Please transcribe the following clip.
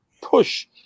push